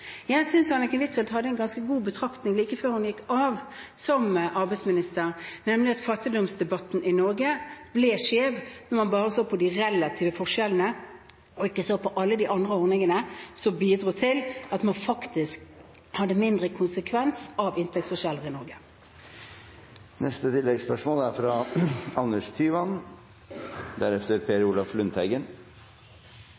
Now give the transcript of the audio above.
Jeg synes Anniken Huitfeldt hadde en ganske god betraktning like før hun gikk av som arbeidsminister, nemlig at fattigdomsdebatten i Norge ble skjev når man bare så på de relative forskjellene og ikke på alle de andre ordningene som bidrar til at man i Norge faktisk har mindre konsekvenser av inntektsforskjeller. Anders Tyvand – til oppfølgingsspørsmål. Også vi i Kristelig Folkeparti er